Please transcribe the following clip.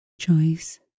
Choice